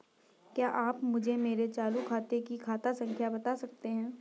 क्या आप मुझे मेरे चालू खाते की खाता संख्या बता सकते हैं?